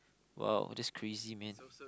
!woah! that's crazy man